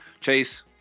Chase